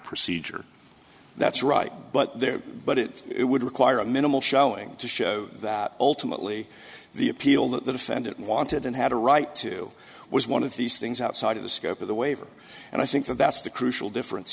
procedure that's right but there but it would require a minimal showing to show that ultimately the appeal that the defendant wanted and had a right to was one of these things outside of the scope of the waiver and i think that's the crucial difference